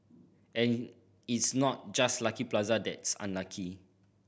and it's not just Lucky Plaza that's unlucky